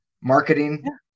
marketing